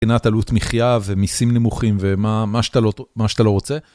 מבחינת עלות מחייה ומיסים נמוכים ומה שאתה לא רוצה.